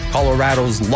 Colorado's